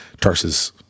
Tarsus